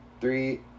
Three